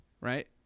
Right